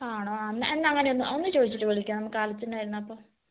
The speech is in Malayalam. ആണോ ആ എന്നാൽ അങ്ങനെയൊന്ന് ഒന്ന് ചോദിച്ചിട്ട് വിളിക്കാമോ കാലത്തിനാരുന്നപ്പോൾ